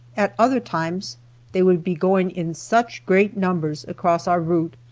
at other times they would be going in such great numbers across our route,